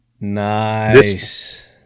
Nice